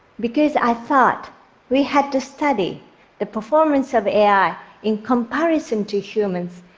because i thought we had to study the performance of ai in comparison to humans,